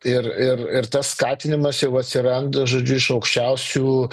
ir ir ir tas skatinimas jau atsiranda žodžiu iš aukščiausių